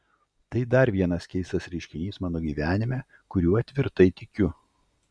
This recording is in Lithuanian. tai dar vienas keistas reiškinys mano gyvenime kuriuo tvirtai tikiu